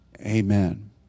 Amen